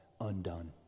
undone